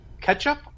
ketchup